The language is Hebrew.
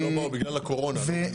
בגלל הקורונה הם לא באו.